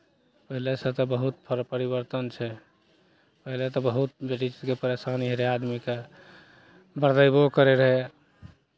पहिलेसँ तऽ बहुत प परिवर्तन छै पहिले तऽ बहुत लेडीजकेँ परेशानी होइत रहै आदमीकेँ बरदयबो करैत रहै